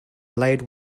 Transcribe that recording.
laid